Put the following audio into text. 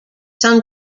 some